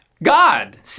God